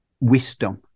wisdom